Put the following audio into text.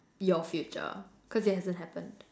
your future cause it hasn't happened